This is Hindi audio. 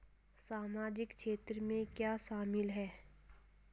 सामाजिक क्षेत्र में क्या शामिल है?